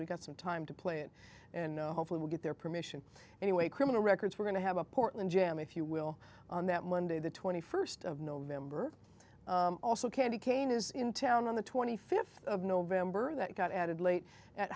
we've got some time to play it in hopefully we'll get their permission anyway criminal records we're going to have a portland jam if you will on that monday the twenty first of november also candy cane is in town on the twenty fifth of november that got added late at